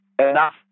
enough